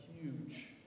huge